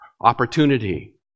opportunity